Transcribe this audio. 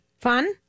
Fun